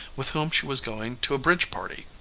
with whom she was going to a bridge party.